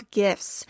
gifts